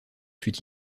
fut